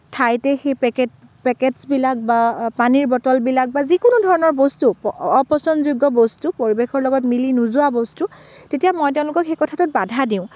ঠাইতে সেই পেকেট পেকেট্চবিলাক বা পানীৰ বটলবিলাক বা যিকোনো ধৰণৰ বস্তু অপচনযোগ্য বস্তু পৰিৱেশৰ লগত মিলি নোযোৱা বস্তু তেতিয়া মই তেওঁলোকক সেই কথাটোত বাধা দিওঁ